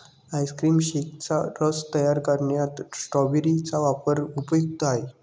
ice cream शेकचा रस तयार करण्यात स्ट्रॉबेरी चा वापर उपयुक्त आहे